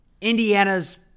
Indiana's